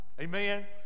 Amen